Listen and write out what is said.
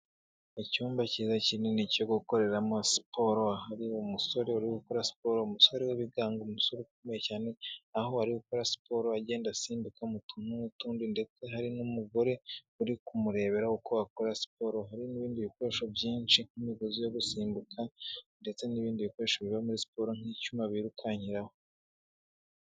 Icyumba cyiza kinini cyo gukoreramo siporo, hari umusore uri gukora siporo. Umusore w'ibigango, umusore ukomeye cyane, aho ari gukora siporo agenda asimbuka mu tuntu n'utundi, ndetse hari n'umugore uri kumurebera uko akora siporo. Hari n'ibindi bikoresho byinshi, nk'imigozi yo gusimbuka ndetse n'ibindi bikoresho biba muri siporo nk'icyuma birukankiraho.